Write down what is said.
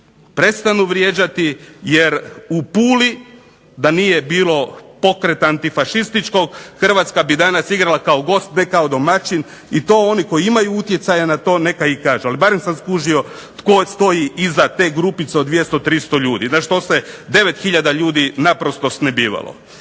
prestanu vrijeđati jer u PUli da nije bilo pokreta Antifašističkog Hrvatska bi danas igrala kao gost, ne kao domaći. I to oni koji imaju utjecaja na to neka ih kažu. Ali barem sa skužio tko stoji iza te grupice od 200, 300 ljudi, na što se 9 hiljada ljudi naprosto snebivalo.